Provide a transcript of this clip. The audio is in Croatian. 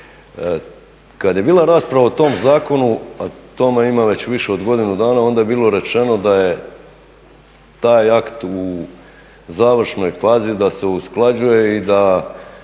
Kada je bila rasprava o tom zakonu a tome ima već više od godinu dana onda je bilo rečeno da je taj akt u završnoj fazi, da se usklađuje i da